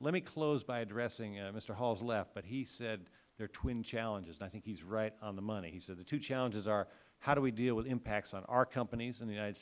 let me close by addressing mr hall has left but he said there are twin challenges and i think he is right on the money he said the twin challenges are how do we deal with impacts on our companies in the united